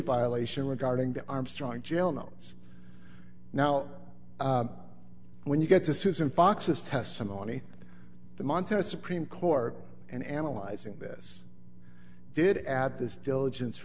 violation regarding the armstrong jail notes now when you get to susan fox's testimony the montana supreme court in analyzing this did add this diligence